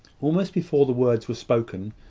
almost before the words were spoken,